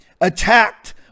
Attacked